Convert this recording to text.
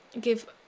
give